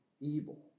evil